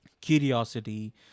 curiosity